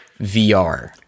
VR